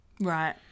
Right